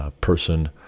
person